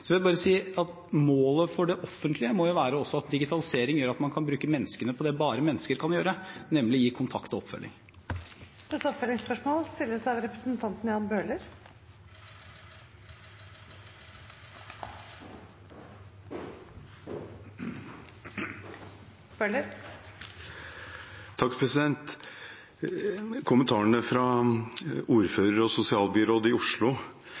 vil bare si at målet for det offentlige må jo også være at digitaliseringen gjør at man kan bruke menneskene til det bare mennesker kan gjøre, nemlig gi kontakt og oppfølging. Det blir oppfølgingsspørsmål – Jan Bøhler. Kommentarene fra ordfører og sosialbyråd i Oslo